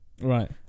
right